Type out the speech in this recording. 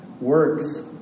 works